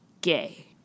gay